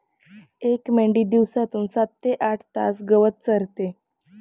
एक मेंढी दिवसातून सात ते आठ तास गवत चरते